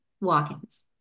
walk-ins